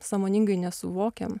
sąmoningai nesuvokiam